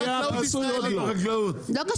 המצב הולך אחורה.